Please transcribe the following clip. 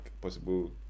possible